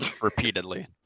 repeatedly